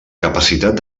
capacitat